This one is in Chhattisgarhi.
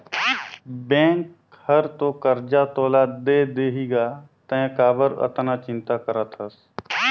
बेंक हर तो करजा तोला दे देहीगा तें काबर अतना चिंता करथस